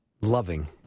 loving